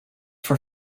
for